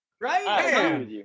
Right